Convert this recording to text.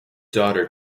daughter